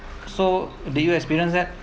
so did you experience that